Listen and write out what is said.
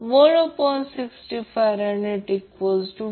म्हणून ती Q 2 pi ही जास्तीत जास्त साठवलेली ऊर्जा आहे